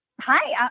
Hi